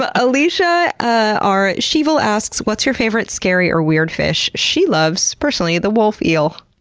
but alicia r scheevel asks what's your favorite scary or weird fish? she loves, personally, the wolf eel.